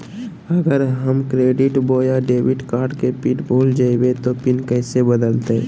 अगर हम क्रेडिट बोया डेबिट कॉर्ड के पिन भूल जइबे तो पिन कैसे बदलते?